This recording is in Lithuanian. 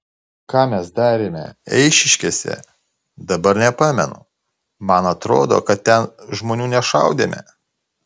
ką mes darėme eišiškėse dabar nepamenu man atrodo kad ten žmonių nešaudėme